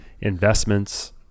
investments